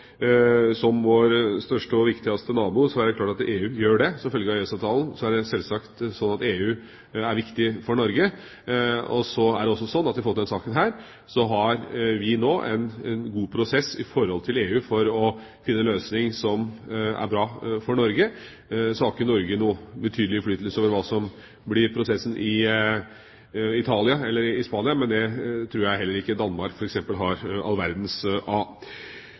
viktigste nabo er det klart at EU gjør det. Som følge av EØS-avtalen er det sjølsagt slik at EU er viktig for Norge. Så er det også slik i denne saken at vi nå har en god prosess med EU for å finne en løsning som er bra for Norge. Norge har ikke noen betydelig innflytelse over hva som blir prosessen i Italia eller i Spania, men jeg tror heller ikke f.eks. Danmark har all verdens